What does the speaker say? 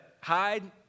hide